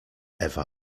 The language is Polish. ewa